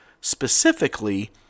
specifically